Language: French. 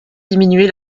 diminuer